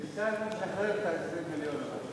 בינתיים הוא משחרר את ה-20 מיליון.